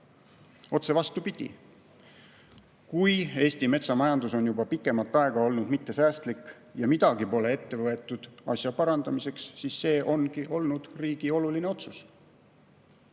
Otse vastupidi. Kui Eesti metsamajandus on juba pikemat aega olnud mittesäästlik ja midagi pole ette võetud asja parandamiseks, siis see ongi olnud riigi oluline otsus.